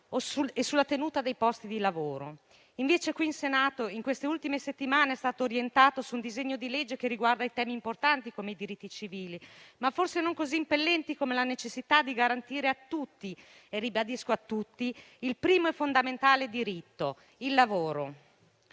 e sulla tenuta dei posti di lavoro. Invece qui in Senato, in queste ultime settimane, il lavoro è stato orientato su un disegno di legge che riguarda i temi importanti come i diritti civili, ma forse non così impellenti come la necessità di garantire a tutti, ribadisco a tutti, il primo e fondamentale diritto, il lavoro.